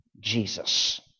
Jesus